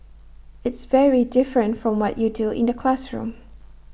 it's very different from what you do in the classroom